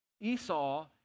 Esau